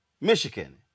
Michigan